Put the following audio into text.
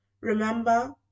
Remember